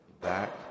Back